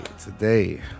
today